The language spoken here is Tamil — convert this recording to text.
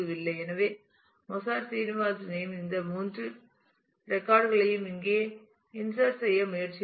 எனவே மொஸார்ட் சீனிவாசனையும் இந்த 3 ரெக்கார்ட் களையும் இங்கே இன்சட் செய்ய முயற்சிப்பேன்